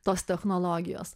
tos technologijos